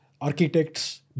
architects